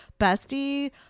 bestie